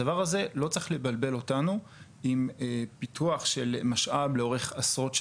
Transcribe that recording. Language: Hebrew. הדבר הזה לא צריך לבלבל אותנו עם פיתוח של משאב לאורך עשרות שנים,